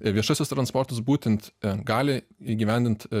viešasis transportas būtent gali įgyvendint